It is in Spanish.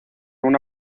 una